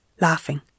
laughing